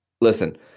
Listen